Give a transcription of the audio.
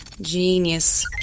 Genius